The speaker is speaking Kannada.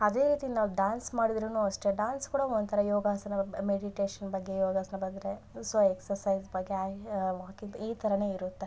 ಅದೇ ರೀತಿ ನಾವು ಡಾನ್ಸ್ ಮಾಡಿದ್ರು ಅಷ್ಟೆ ಡಾನ್ಸ್ ಕೂಡ ಒಂಥರ ಯೋಗಾಸನ ಮೆಡಿಟೇಷನ್ ಬಗ್ಗೆ ಯೋಗಾಸನ ಬಂದರೆ ಸೊ ಎಕ್ಸಸೈಜ್ ಬಗ್ಗೆ ವಾಕಿಂಗ್ ಈ ಥರನೇ ಇರುತ್ತೆ